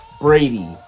Brady